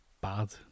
bad